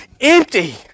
empty